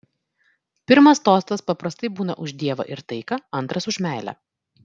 pirmas tostas paprastai būna už dievą ir taiką antras už meilę